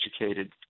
educated